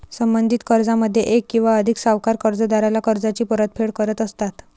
संबंधित कर्जामध्ये एक किंवा अधिक सावकार कर्जदाराला कर्जाची परतफेड करत असतात